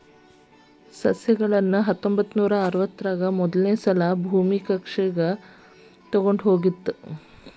ಸಸ್ಯಗಳನ್ನ ಹತ್ತೊಂಬತ್ತನೂರಾ ಅರವತ್ತರಾಗ ಮೊದಲಸಲಾ ಭೂಮಿಯ ಕಕ್ಷೆಗ ತೊಗೊಂಡ್ ಹೋಗಲಾಯಿತು